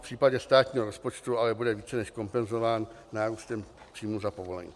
V případě státního rozpočtu ale bude více než kompenzován nárůstem příjmů za povolenky.